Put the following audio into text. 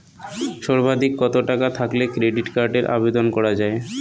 সর্বাধিক কত টাকা থাকলে ক্রেডিট কার্ডের আবেদন করা য়ায়?